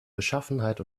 beschaffenheit